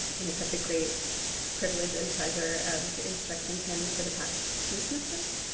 and i've had the great privilege and pleasure of instructing him for the past two semesters.